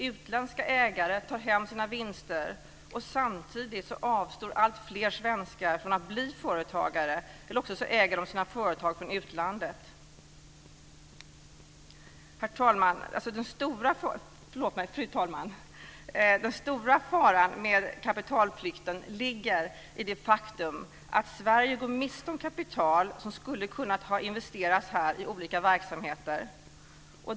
Utländska ägare tar hem sina vinster, och samtidigt avstår alltfler svenskar från att bli företagare, eller också äger de sina företag från utlandet. Fru talman! Den stora faran med kapitalflykten ligger i det faktum att Sverige går miste om kapital som skulle ha kunnat investeras här i olika verksamheter.